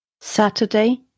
Saturday